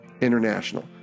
International